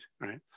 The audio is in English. Right